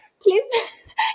Please